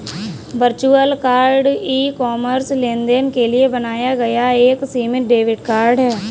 virtual card e commerce लेनदेन के लिए बनाया गया एक सीमित डेबिट कार्ड है